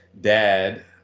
dad